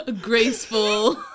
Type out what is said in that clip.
graceful